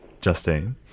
Justine